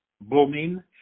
booming